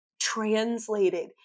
translated